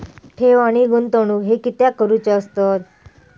ठेव आणि गुंतवणूक हे कित्याक करुचे असतत?